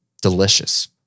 delicious